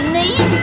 need